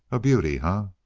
a beauty, ah?